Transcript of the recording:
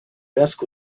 dusk